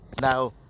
Now